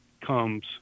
comes